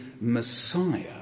Messiah